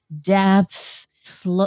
depth